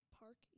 park